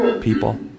people